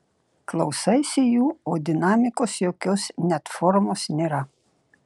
klausaisi jų o dinamikos jokios net formos nėra